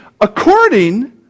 according